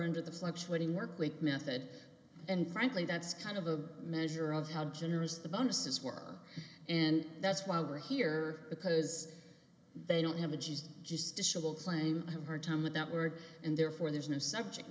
into the fluctuating workweek method and frankly that's kind of a measure of how generous the bonuses were and that's why we're here because they don't have a just just a shovel claim her time with that word and therefore there's no subject